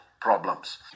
problems